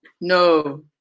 no